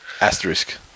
Asterisk